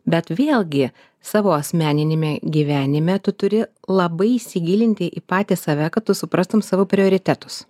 bet vėlgi savo asmeniniame gyvenime tu turi labai įsigilinti į patį save kad tu suprastum savo prioritetus